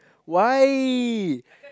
why